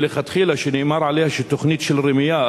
שמלכתחילה נאמר עליה שזאת תוכנית של רמייה,